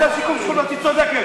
בפרויקט שיקום שכונות היא צודקת,